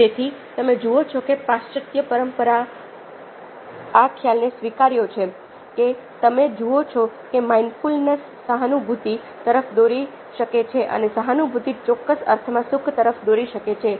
તેથી તમે જુઓ છો કે પાશ્વાત્ય પરંપરાએ આ ખ્યાલને સ્વીકાર્યો છે કે તમે જુઓ છો કે માઇન્ડફુલનેસ સહાનુભૂતિ તરફ દોરી શકે છે અને સહાનુભૂતિ ચોક્કસ અર્થમાં સુખ તરફ દોરી શકે છે